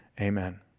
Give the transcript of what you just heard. Amen